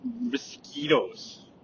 mosquitoes